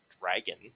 Dragon